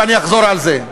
ואני אחזור על זה,